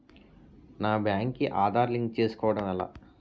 నా బ్యాంక్ కి ఆధార్ లింక్ చేసుకోవడం ఎలా?